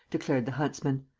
declared the huntsman.